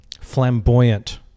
flamboyant